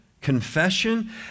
Confession